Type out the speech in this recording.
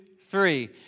three